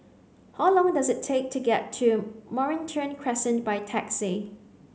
how long does it take to get to Mornington Crescent by taxi